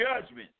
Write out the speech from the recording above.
judgment